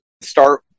start